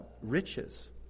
riches